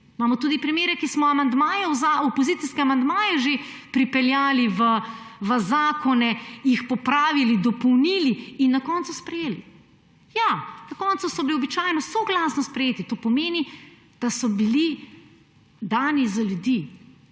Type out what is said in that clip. Imamo tudi primere, ko smo opozicijske amandmaje že pripeljali v zakone, jih popravili, dopolnili in na koncu sprejeli. Ja, na koncu so bili običajno soglasno sprejeti. To pomeni, da so bili dani za ljudi.